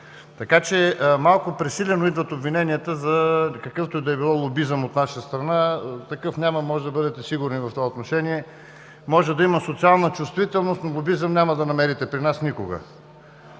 област. Малко пресилено идват обвиненията за какъвто и да е било лобизъм от Ваша страна. Такъв няма – можете да бъдете сигурни в това отношение. Може да има социална чувствителност, но лобизъм няма да намерите при нас никога.